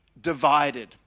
divided